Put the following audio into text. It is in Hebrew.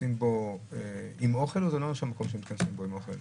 שמתכנסים בו עם אוכל או שזה לא נחשב מקום שמתכנסים בו עם אוכל?